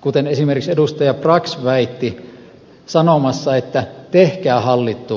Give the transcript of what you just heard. kuten esimerkiksi edustaja brax väitti sanomassa että tehkää hallittu velkajärjestely